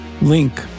link